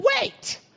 wait